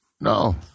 No